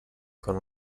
con